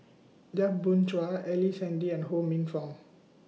Yap Boon Chuan Ellice Handy and Ho Minfong